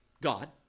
God